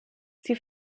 sie